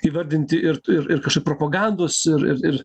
įvardinti ir ir ir propagandos ir ir ir